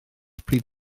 pryd